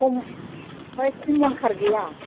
खम ओमफ्राय खमलखाट गैया